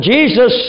Jesus